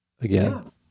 again